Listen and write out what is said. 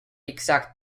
exact